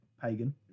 pagan